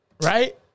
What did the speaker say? Right